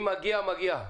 אם מגיע, מגיע.